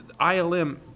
ILM